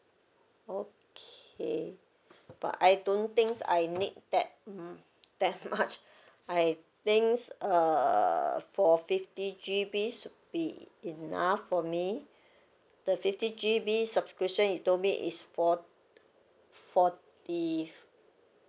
okay but I don't thinks I need that mm that much I thinks err for fifty G_B should be enough for me the fifty G_B subscription you told me is for forty